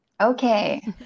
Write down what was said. Okay